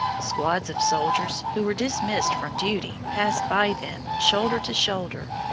squads of soldiers, who were dismissed from duty, passed by them, shoulder to shoulder,